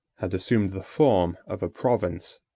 had assumed the form of a province.